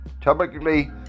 typically